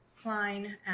Klein